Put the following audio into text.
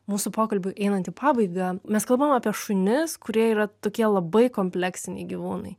mūsų pokalbiui einant į pabaigą mes kalbam apie šunis kurie yra tokie labai kompleksiniai gyvūnai